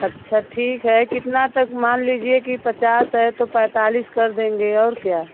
अच्छा ठीक है कितना तक मान लीजिए कि पचास है तो पैंतालीस कर देंगे और क्या